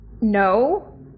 No